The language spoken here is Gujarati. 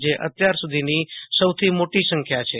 જે અત્યાર સુ ધીની સૌથી મોટી સંખ્યા છે